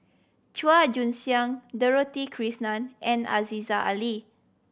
Chua Joon Siang Dorothy Krishnan and Aziza Ali